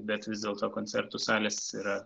bet vis dėlto koncertų salės yra